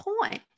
point